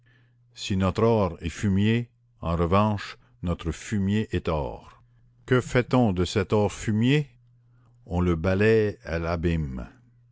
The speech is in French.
si notre or est fumier en revanche notre fumier est or que fait-on de cet or fumier on le balaye à